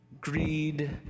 greed